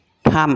थाम